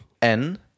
En